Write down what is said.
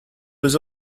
was